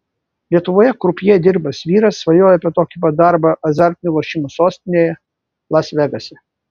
lietuvoje krupjė dirbęs vyras svajojo apie tokį pat darbą azartinių lošimų sostinėje las vegase